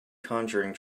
conjuring